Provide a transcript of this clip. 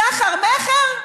סחר מכר.